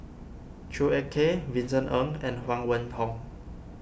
Chua Ek Kay Vincent Ng and Huang Wenhong